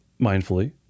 mindfully